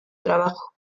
trabajo